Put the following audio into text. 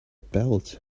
belt